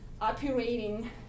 operating